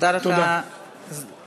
תודה לך, תודה.